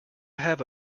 have